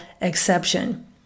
exception